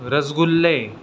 रसगुल्ले